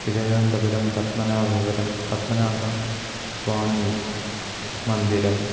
Thiruvananthapuram Padmanabhapuram पद्मनाभस्वामीमन्दिरम्